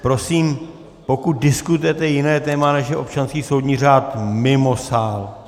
Prosím, pokud diskutujete jiné téma, než je občanský soudní řád, mimo sál.